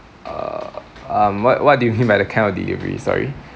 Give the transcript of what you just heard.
uh um what what do you mean by the kind of delivery sorry